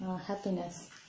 happiness